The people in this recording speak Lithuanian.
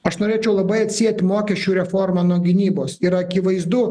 aš norėčiau labai atsieti mokesčių reformą nuo gynybos yra akivaizdu